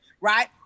right